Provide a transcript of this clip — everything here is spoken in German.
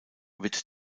wird